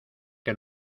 que